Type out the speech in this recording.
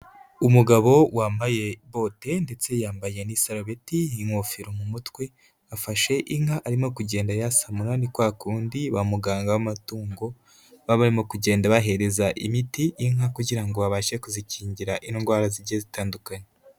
Umugabo wambaye bote, ndetse yambaye n'isabeti n'ingofero mu mutwe, afashe inka arimo kugenda ayasamura, ni kwa kundi ba muganga b'amatungo baba barimo kugenda bahereza imiti inka kugira ngo babashe kuzikingira indwara zigiye zitandukanye.